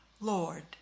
Lord